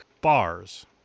bars